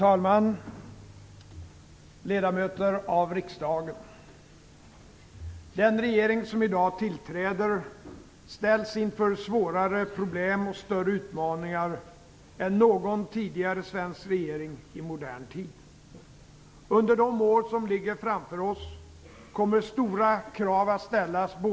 Fru talman!